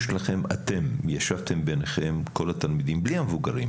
אתם ישבתם ביניכם, כל התלמידים, בלי המבוגרים